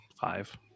Five